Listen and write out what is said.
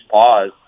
pause